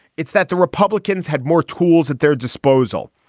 it's that the republicans had more tools at their disposal.